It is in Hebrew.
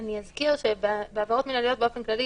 אני אזכיר שבעבירות מינהליות באופן כללי